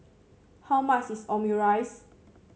how much is Omurice